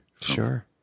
sure